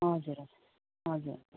हजुर हजुर हजुर